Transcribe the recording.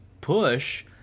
push